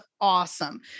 awesome